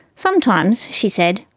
sometimes she said,